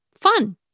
fun